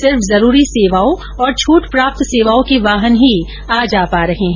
सिर्फ जरूरी सेवाओं और छूटप्राप्त सेवाओं के वाहन ही आ जा पा रहे है